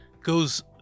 goes